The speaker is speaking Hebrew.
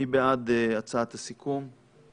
מי בעד הצעת הסיכום?